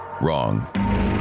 wrong